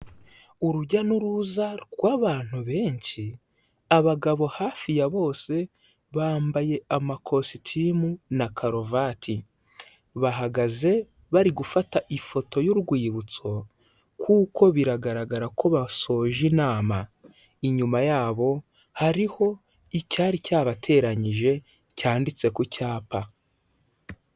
Urujya n'uruza rw'abantu benshi, abagabo hafi ya bose, bambaye amakositimu na karuvati. Bahagaze, bari gufata ifoto y'urwibutso kuko biragaragara ko basoje inama. Inyuma yabo, hariho icyari cyabateranyije, cyanditse ku cyapa.